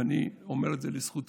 ואני אומר את זה לזכותו.